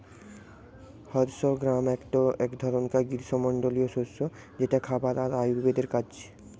horse gram একটো ধরণকার গ্রীস্মমন্ডলীয় শস্য যেটা খাবার আর আয়ুর্বেদের কাজ